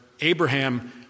Abraham